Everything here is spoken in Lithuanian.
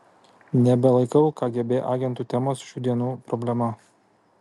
nebelaikau kgb agentų temos šių dienų problema